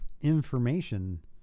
information